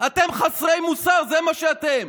אתם חסרי מוסר, זה מה שאתם.